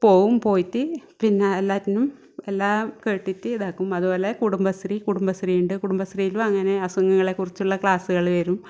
പോവും പോയിട്ട് പിന്നെ എല്ലാറ്റിനും എല്ലാം കേട്ടിട്ട് ഇതാക്കും അതുപോലെ കുടുംബശ്രീ കുടുംബശ്രീൻ്റെ കുടുംബശ്രീലും അങ്ങനെ അസുഖങ്ങളെക്കുറിച്ചുള്ള ക്ലാസ്സ്കൾ വരും